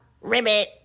ribbit